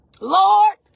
lord